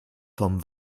vom